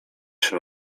się